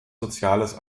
soziales